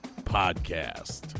podcast